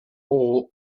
all